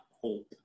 hope